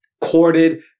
corded